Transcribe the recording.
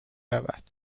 رود